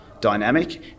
dynamic